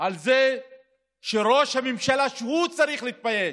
על זה שראש הממשלה, שהוא צריך להתבייש,